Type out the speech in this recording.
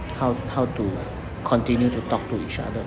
how how to continue to talk to each other